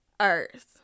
earth